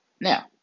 Now